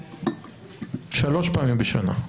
שלוש פעמים בשנה,